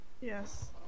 Yes